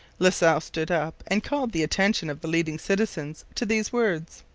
la salle stood up and called the attention of the leading citizens to these words.